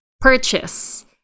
purchase